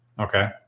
Okay